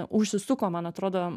užsisuko man atrodo